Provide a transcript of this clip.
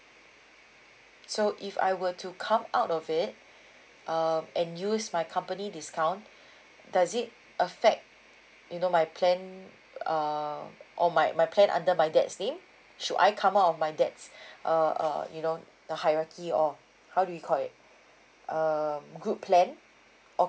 so if I were to come out of it uh and use my company discount does it affect you know my plan err or my my plan under my dad's name should I come out of my dad's uh uh you know the hierarchy or how do you call it um group plan or